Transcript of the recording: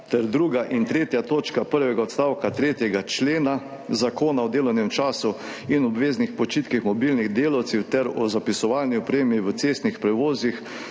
druga in tretja točka prvega odstavka 3. člena Zakona o delovnem času in obveznih počitkih mobilnih delavcev ter o zapisovalni opremi v cestnih prevozih